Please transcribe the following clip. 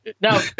Now